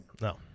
No